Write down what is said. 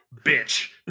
bitch